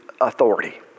authority